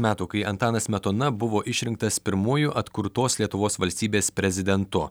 metų kai antanas smetona buvo išrinktas pirmuoju atkurtos lietuvos valstybės prezidentu